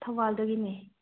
ꯊꯧꯕꯥꯜꯗꯒꯤꯅꯦ